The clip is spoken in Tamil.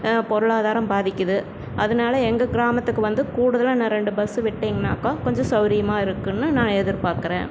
பொருளாதாரம் பாதிக்கிது அதனால எங்கள் கிராமத்துக்கு வந்து கூடுதலாக இன்னும் ரெண்டு பஸ்ஸு விட்டீங்கனாக்கா கொஞ்சம் சௌரியமாக இருக்கும்னு நான் எதிர்பார்க்குறேன்